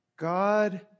God